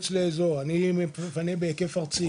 אני מפנה בהיקף ארצי.